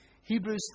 Hebrews